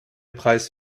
preis